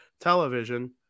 television